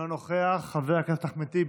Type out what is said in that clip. אינו נוכח, חבר הכנסת אחמד טיבי,